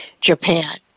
Japan